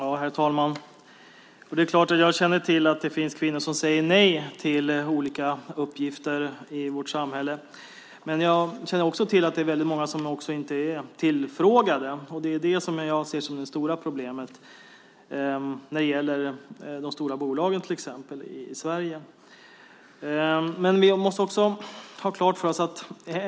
Herr talman! Det är klart att jag känner till att det finns kvinnor som säger nej till olika uppgifter i vårt samhälle. Men jag känner också till att det är väldigt många som inte är tillfrågade. Det ser jag som det stora problemet när det gäller till exempel de stora bolagen i Sverige.